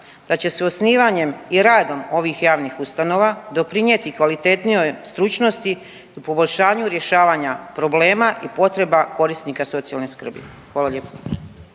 da će se osnivanjem i radom ovih javnih ustanova doprinijeti kvalitetnijoj stručnosti u poboljšanju rješavanja problema i potreba korisnika socijalne skrbi? Hvala lijepo.